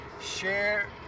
share